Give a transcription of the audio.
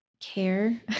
care